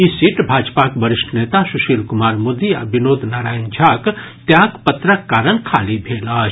ई seat भाजपाक वरिष्ठ नेता सुशील कुमार मोदी आ विनोद नारायण झाक त्याग पत्रक कारण खाली भेल अछि